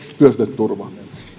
työsuhdeturvaa